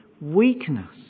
weakness